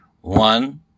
One